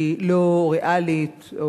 זו אמירה שלצערי הרב היא לא ריאלית,